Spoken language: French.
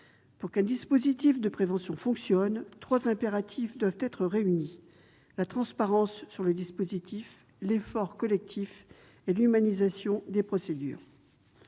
Pour qu'un dispositif de prévention fonctionne, trois impératifs doivent être réunis : la transparence, l'effort collectif et l'humanisation des procédures.